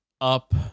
Up